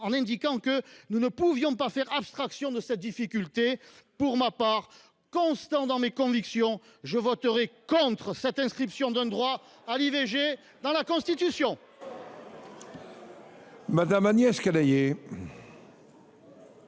en indiquant que nous ne pouvions pas faire abstraction de cette difficulté. Pour ma part, constant dans mes convictions, je voterai contre cette inscription d’un droit à l’IVG dans la Constitution. La parole